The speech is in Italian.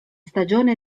stagione